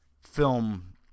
film